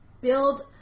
build